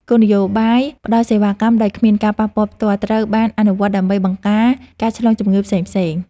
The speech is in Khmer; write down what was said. គោលនយោបាយផ្ដល់សេវាកម្មដោយគ្មានការប៉ះពាល់ផ្ទាល់ត្រូវបានអនុវត្តដើម្បីបង្ការការឆ្លងជំងឺផ្សេងៗ។